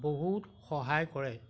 বহুত সহায় কৰে